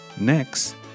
Next